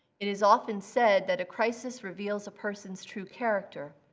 it is often said that a crisis reveals a person's true character.